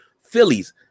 Phillies